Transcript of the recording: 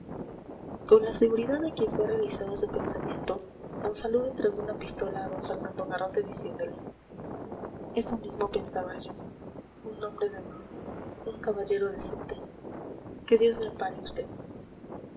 con la seguridad de quien ve realizado su pensamiento monsalud entregó una pistola a d fernando garrote diciéndole eso mismo pensaba yo un hombre de honor un caballero decente que dios le ampare